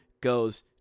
goes